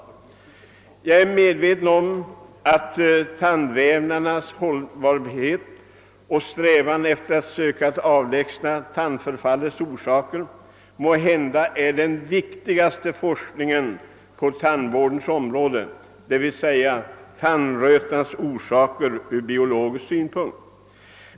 Jag är medveten om att frågan om tandvävnadernas hållbarhet och problemet att avlägsna tandförfallets orsaker måhända är de viktigaste forskningsuppgifterna på tandvårdens område. Det gäller alltså tandrötans biologiska orsaker.